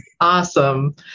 Awesome